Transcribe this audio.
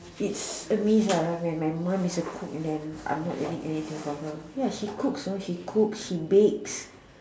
it's a waste lah when my mum is a cook and then I'm not learning anything from her ya she cooks know she cooks she bakes